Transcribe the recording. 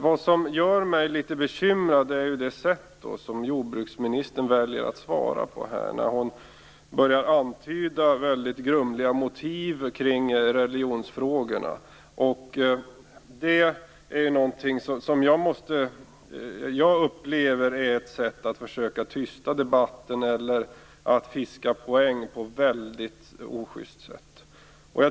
Vad som gör mig litet bekymrad är det sätt som jordbruksministern väljer att svara på. Jordbruksministern antyder grumliga motiv kring religionsfrågorna. Jag upplever det som ett sätt att försöka tysta debatten eller fiska poäng på ett mycket ojust sätt.